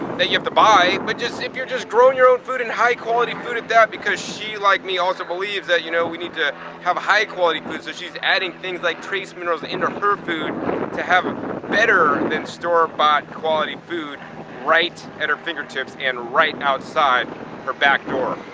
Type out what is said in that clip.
that you have to buy but just if you're just growing your own food and high quality food at that. because she like me, also believes that you know, we need to have a high quality food. so she's adding things like trace minerals her food to have ah better than store bought quality food right at her fingertips and right outside her back door.